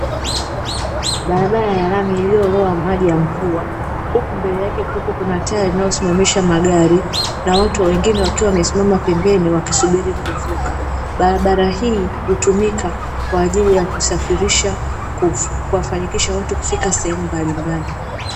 Barabara ya lami iliyoloa maji ya mvua, huku mbele yake kukiwepo kuna taa inayosimamisha magari na watu wengine wakiwa wamesimama pembeni wakisubiri kuvuka. Barabara hii hutumika kwa ajili ya kusafirisha kuwafanikisha watu kufika sehemu mbalimbali.